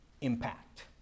impact